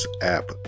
app